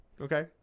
Okay